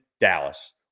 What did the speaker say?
Dallas